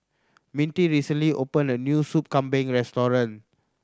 Mintie recently opened a new Sup Kambing restaurant